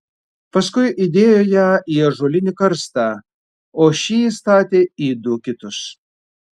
paskui įdėjo ją į ąžuolinį karstą o šį įstatė į du kitus